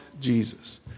Jesus